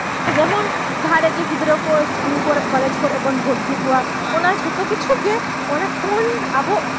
ᱡᱮᱢᱚᱱ ᱡᱟᱦᱟᱸ ᱨᱮᱜᱮ ᱜᱤᱫᱽᱨᱟᱹ ᱠᱚ ᱤᱥᱠᱩᱞ ᱠᱚᱨᱮ ᱠᱚᱞᱮᱡᱽ ᱠᱚᱨᱮᱜ ᱵᱚᱱ ᱵᱷᱚᱨᱛᱤ ᱠᱚᱣᱟ ᱚᱱᱟ ᱡᱷᱚᱛᱚ ᱠᱤᱪᱷᱩ ᱜᱮ ᱚᱱᱟ ᱯᱷᱩᱱ ᱟᱵᱚ